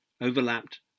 overlapped